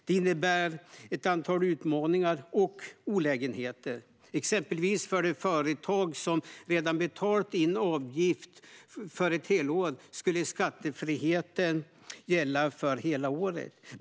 Detta innebär ett antal utmaningar och olägenheter. För de företag som redan betalat in avgifter för helåret skulle skattefriheten exempelvis gälla för hela året.